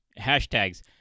hashtags